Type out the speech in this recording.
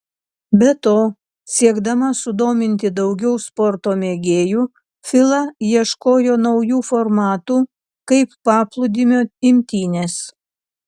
be to siekdama sudominti daugiau sporto mėgėjų fila ieškojo naujų formatų kaip paplūdimio imtynės